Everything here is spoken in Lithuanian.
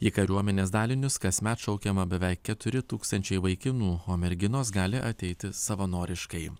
į kariuomenės dalinius kasmet šaukiama beveik keturi tūkstančiai vaikinų o merginos gali ateiti savanoriškai